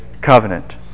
covenant